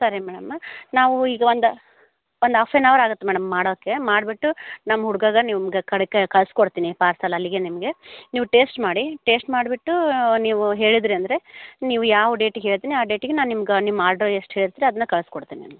ಸರಿ ಮೇಡಮ್ ನಾವೂ ಈಗ ಒಂದು ಒಂದು ಹಾಫ್ ಆನ್ ಅವರ್ ಆಗುತ್ತೆ ಮೇಡಮ್ ಮಾಡೋಕೆ ಮಾಡಿಬಿಟ್ಟು ನಮ್ಮ ಹುಡುಗಗೆ ನಿಮ್ಗೆ ಕಡೆಗೆ ಕಳ್ಸಿ ಕೊಡ್ತೀನಿ ಪಾರ್ಸೆಲ್ ಅಲ್ಲಿಗೆ ನಿಮಗೆ ನೀವು ಟೇಸ್ಟ್ ಮಾಡಿ ಟೇಸ್ಟ್ ಮಾಡಿಬಿಟ್ಟು ನೀವು ಹೇಳಿದ್ದಿರಿ ಅಂದರೆ ನೀವು ಯಾವ ಡೇಟಿಗೆ ಹೇಳ್ತೀರಿ ಆ ಡೇಟಿಗೆ ನಾನು ನಿಮ್ಗೆ ನಿಮ್ಮ ಆರ್ಡ್ರ್ ಎಷ್ಟು ಹೇಳ್ತೀರಾ ಅದನ್ನ ಕಳ್ಸಿ ಕೊಡ್ತೀನಿ